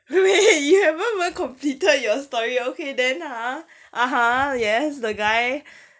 wait you haven't even completed your story okay then !huh! (uh huh) yes the guy